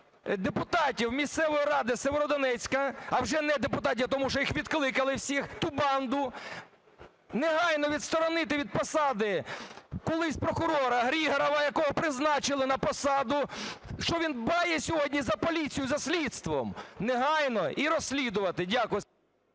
депутатів місцевої ради Сєвєродонецька, а вже не депутатів, тому що їх відкликали всіх, ту банду, негайно відсторонити від посади колись прокурора Григоріва, якого призначили на посаду, що він дбає сьогодні за поліцію, за слідством, негайно і розслідувати. Дякую.